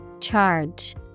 Charge